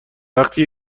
وقتی